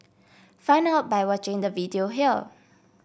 find out by watching the video here